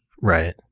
Right